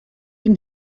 ihn